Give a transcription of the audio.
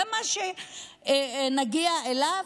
זה מה שנגיע אליו?